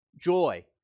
joy